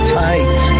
tight